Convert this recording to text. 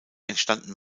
entstanden